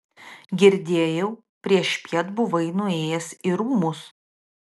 girdėjau priešpiet buvai nuėjęs į rūmus